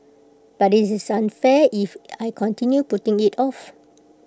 but IT is unfair if I continue putting IT off